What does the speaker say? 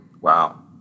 Wow